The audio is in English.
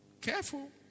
Careful